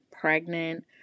pregnant